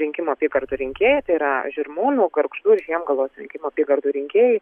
rinkimų apygardų rinkėjai tai yra žirmūnų gargždų žiemgalos rinkimų apygardų rinkėjai